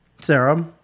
Sarah